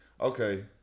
Okay